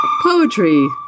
poetry